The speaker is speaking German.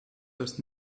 das